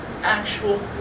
Actual